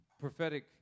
prophetic